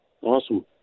Awesome